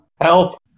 Help